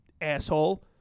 asshole